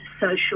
social